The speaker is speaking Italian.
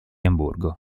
amburgo